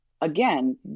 Again